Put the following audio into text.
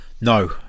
No